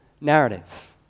narrative